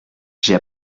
j’ai